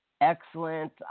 Excellent